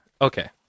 Okay